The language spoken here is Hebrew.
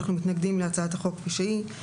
אנחנו מתנגדים להצעת החוק כפי שהיא.